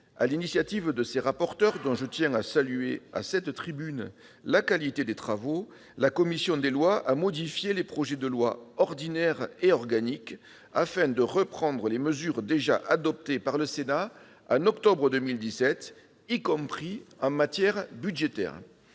l'initiative de ses rapporteurs, dont je tiens à saluer à cette tribune la qualité des travaux, la commission des lois a modifié les projets de loi ordinaire et organique afin de reprendre les mesures déjà adoptées par le Sénat en octobre 2017, y compris en matière budgétaire.